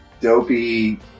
dopey